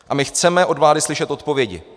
A my chceme od vlády slyšet odpovědi.